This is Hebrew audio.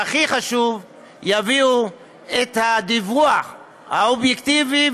והכי חשוב: יביאו את הדיווח האובייקטיבי,